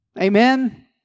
Amen